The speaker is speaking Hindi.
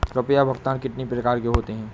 रुपया भुगतान कितनी प्रकार के होते हैं?